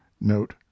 Note